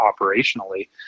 operationally